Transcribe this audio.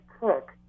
cook